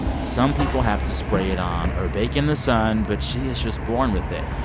some people have to spray it on or bake in the sun, but she is just born with it.